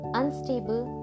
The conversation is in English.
unstable